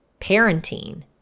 parenting